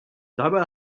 dabei